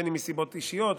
בין אם מסיבות אישיות,